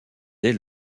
dès